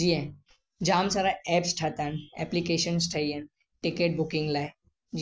जीअं जाम सारा ऐप्स ठाहियां आहिनि एप्लीकेशन्स ठही आहिनि टिकेट बुकिंग लाइ